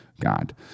God